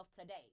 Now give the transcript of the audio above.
today